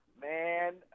Man